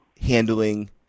handling